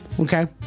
Okay